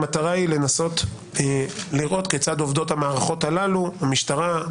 המטרה היא לנסות ולראות כיצד עובדות המערכות הללו: המשטרה,